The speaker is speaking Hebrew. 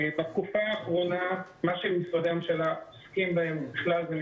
בתקופה האחרונה משרדי הממשלה בכלל וכך גם